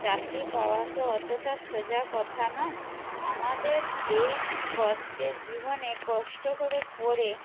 চাকরি পাওয়া তো অতোটা সোজা কথা নয় আমাদের এই কষ্টের জীবনে কষ্ট করে পড়ে